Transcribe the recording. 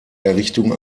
errichtung